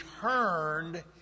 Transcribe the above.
turned